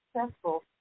successful